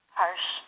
harsh